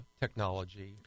technology